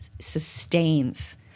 sustains